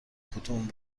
کدوم